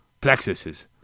plexuses